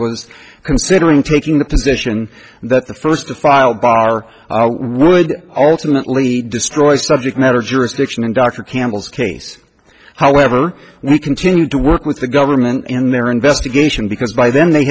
was considering taking the position that the first to file bar would ultimately destroy subject matter jurisdiction and dr campbell's case however we continued to work with the government in their investigation because by then they